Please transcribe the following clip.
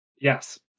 Yes